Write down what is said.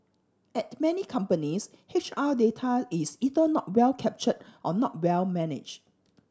at many companies H R data is either not well captured or not well managed